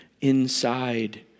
inside